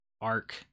arc